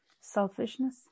Selfishness